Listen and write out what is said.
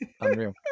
unreal